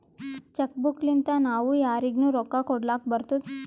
check book ಲಿಂತಾ ನಾವೂ ಯಾರಿಗ್ನು ರೊಕ್ಕಾ ಕೊಡ್ಲಾಕ್ ಬರ್ತುದ್